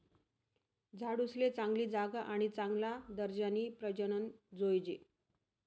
झाडूसले चांगली जागा आणि चांगला दर्जानी प्रजनन जोयजे